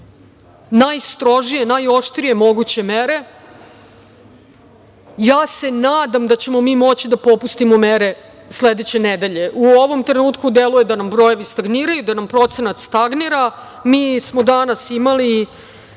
najstrožije, najoštrije moguće mere. Ja se nadam da ćemo mi moći da popustimo mere sledeće nedelje. U ovom trenutku deluje da nam brojevi stagniraju, da nam procenat stagnira. Mi smo danas imali